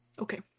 Okay